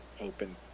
open